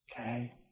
Okay